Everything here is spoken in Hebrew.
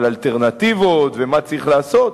על אלטרנטיבות ומה צריך לעשות.